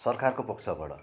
सरकारको पक्षबाट